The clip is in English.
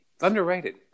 Underrated